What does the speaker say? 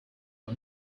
are